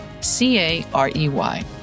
C-A-R-E-Y